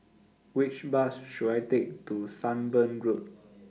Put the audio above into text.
Which Bus should I Take to Sunbird Road